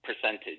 percentage